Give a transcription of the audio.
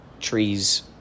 trees